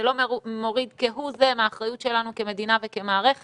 זה לא מוריד כהוא זה מהאחריות שלנו כמדינה וכמערכת,